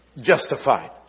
justified